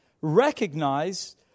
Recognize